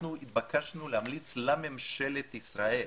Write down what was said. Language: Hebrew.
אנחנו התבקשנו להמליץ לממשלת ישראל